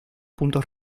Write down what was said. puntos